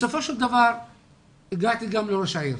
בסופו של דבר הגעתי גם לראש העיר.